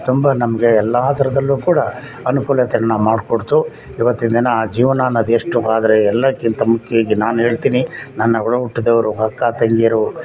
ತುಂಬ ನಮಗೆ ಎಲ್ಲ ಥರದಲ್ಲೂ ಕೂಡ ಅನುಕೂಲತೆಯನ್ನು ಮಾಡಿಕೊಡ್ತು ಈವತ್ತಿನ ದಿನ ಆ ಜೀವನ ಅನ್ನೋದು ಎಷ್ಟು ಬಾದ್ರೆ ಎಲ್ಲಕ್ಕಿಂತ ಮುಖ್ಯವಾಗಿ ನಾನು ಹೇಳ್ತೀನಿ ನನ್ನ ಒಡಹುಟ್ಟಿದವ್ರು ಅಕ್ಕ ತಂಗಿಯರು